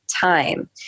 time